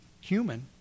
human